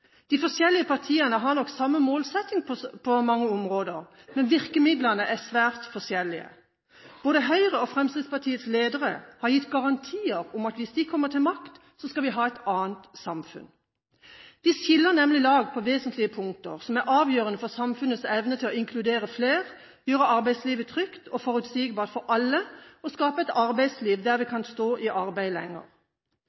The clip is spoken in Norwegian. De forskjellige partiene har nok samme målsetting på mange områder, men virkemidlene er svært forskjellige. Både Høyres og Fremskrittspartiets ledere har gitt garantier om at hvis de kommer til makten, skal vi ha et annet samfunn. Vi skiller nemlig lag på vesentlige punkter som er avgjørende for samfunnets evne til å inkludere flere, gjøre arbeidslivet trygt og forutsigbart for alle og skape et arbeidsliv der vi